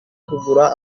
kugura